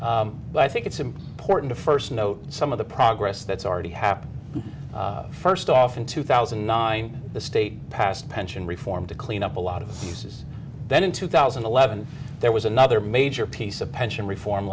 but i think it's important to first note some of the progress that's already happening first off in two thousand and nine the state passed pension reform to clean up a lot of uses then in two thousand and eleven there was another major piece of pension reform